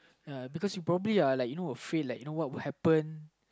ya because you probably uh like you know you feel like you know what will happen